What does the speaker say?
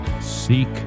Seek